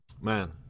Man